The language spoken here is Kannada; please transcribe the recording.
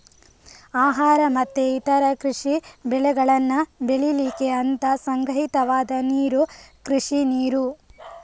ಆಹಾರ ಮತ್ತೆ ಇತರ ಕೃಷಿ ಬೆಳೆಗಳನ್ನ ಬೆಳೀಲಿಕ್ಕೆ ಅಂತ ಸಂಗ್ರಹಿತವಾದ ನೀರು ಕೃಷಿ ನೀರು